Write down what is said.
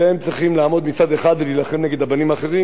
והם צריכים לעמוד מצד אחד ולהילחם נגד הבנים האחרים,